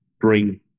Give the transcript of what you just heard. bring